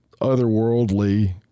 otherworldly